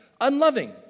unloving